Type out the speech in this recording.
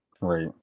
right